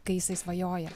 kai jisai svajoja